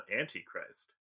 Antichrist